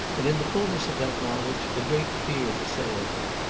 and in the fullness of that knowledge a great fear assailed her.